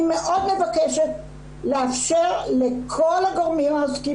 אני מאוד מבקשת לאפשר לכל הגורמים העוסקים